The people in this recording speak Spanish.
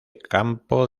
campo